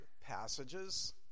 passages